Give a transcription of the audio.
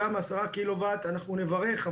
גם 10 קילו וואט אנחנו נברך,